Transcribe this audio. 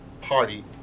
party